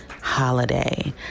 holiday